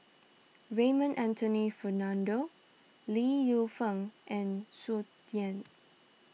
Raymond Anthony Fernando Li Lienfung and Tsung Yeh